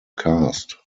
cast